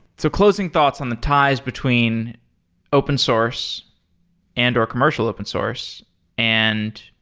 so closing thoughts on the ties between open source and or commercial open source and,